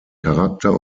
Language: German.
charakter